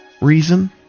Reason